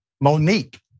Monique